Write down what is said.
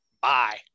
bye